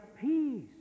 peace